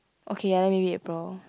okay ya then maybe April